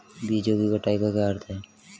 बीजों की कटाई का क्या अर्थ है?